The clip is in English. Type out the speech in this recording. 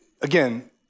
again